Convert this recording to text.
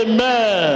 Amen